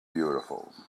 beautiful